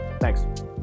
Thanks